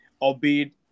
albeit